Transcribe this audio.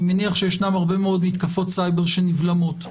אני מניח שישנן הרבה מאוד מתקפות סייבר שנבלמות,